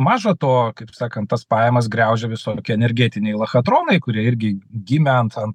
maža to kaip sakant tas pajamas graužia visokie energetiniai lachatronai kurie irgi gimę ant ant